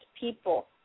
people